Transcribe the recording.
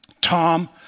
Tom